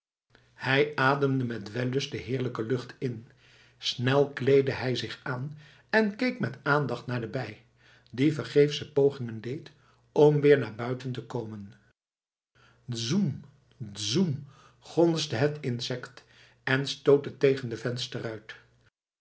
hij ademde met wellust de heerlijke lucht in snel kleedde hij zich aan en keek met aandacht naar de bij die vergeefsche pogingen deed om weer naar buiten te komen szoemm szoemm gonsde het insect en stootte tegen de